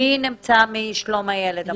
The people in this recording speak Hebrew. מי נמצא מהמועצה לשלום הילד?